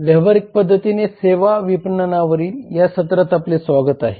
व्यावहारिक पद्धतीने सेवा विपणनावरील या सत्रात आपले स्वागत आहे